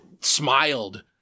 smiled